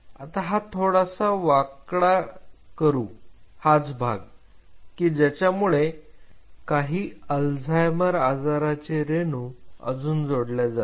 आता हा थोडासा वाकडा करू हाच भाग की ज्याच्यामुळे काही अल्झायमर आजाराचे रेणू अजून जोडल्या जातील